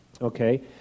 Okay